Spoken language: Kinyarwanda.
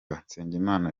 nsengimana